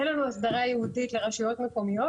אין לנו הסדרה ייעודית לרשויות מקומיות.